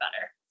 better